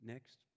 Next